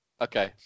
Okay